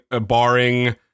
barring